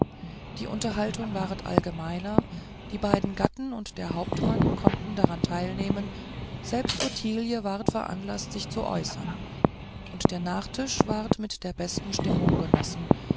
die unterhaltung ward allgemeiner die beiden gatten und der hauptmann konnten daran teilnehmen selbst ottilie ward veranlaßt sich zu äußern und der nachtisch ward mit der besten stimmung genossen